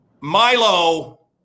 Milo